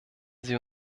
sie